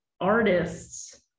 artists